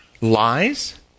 lies